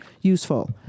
useful